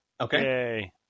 Okay